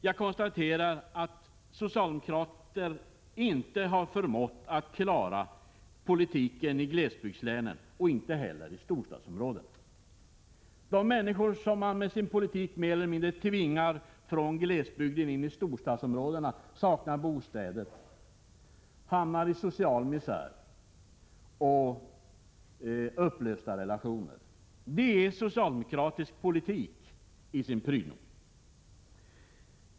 Jag konstaterar att socialdemokraterna inte har förmått att klara politiken vare sig i glesbygdslänen eller i storstadsområdena. De människor som man med sin politik mer eller mindre tvingar från glesbygden in i storstadsområdena saknar bostäder, hamnar i social misär och riskerar upplösta relationer. Det är socialdemokratisk politik i sin prydno.